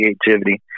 creativity